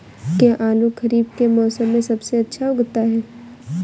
क्या आलू खरीफ के मौसम में सबसे अच्छा उगता है?